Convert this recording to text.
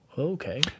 Okay